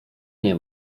nie